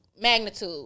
magnitude